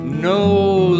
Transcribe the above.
knows